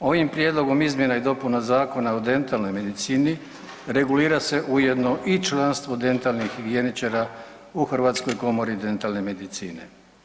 Ovim prijedlogom izmjena i dopuna Zakona o dentalnoj medicini regulira se ujedno i članstvo dentalnih higijeničara u Hrvatskoj komori dentalne medicine.